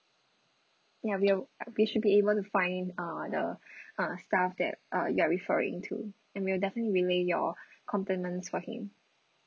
ya we will we should be able to find uh the uh staff that uh you're referring to and we'll definitely relay your compliments for him